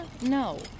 No